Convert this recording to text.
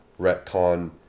retcon